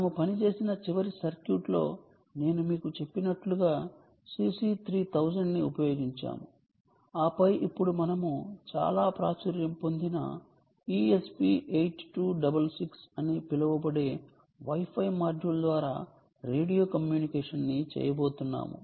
మనము పనిచేసిన చివరి సర్క్యూట్ లో నేను మీకు చెప్పినట్లుగా cc 3000 ని ఉపయోగించాము ఆపై ఇప్పుడు మనము చాలా ప్రాచుర్యం పొందిన ESP 8266 అని పిలువబడే వై ఫై మాడ్యూల్ ద్వారా రేడియో కమ్యూనికేషన్ ని చేయబోతున్నాము